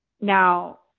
Now